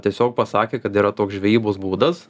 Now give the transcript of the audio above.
tiesiog pasakė kad yra toks žvejybos būdas